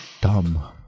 Dumb